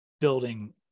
building